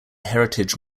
heritage